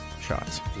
shots